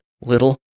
little